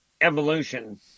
evolution